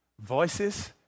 voices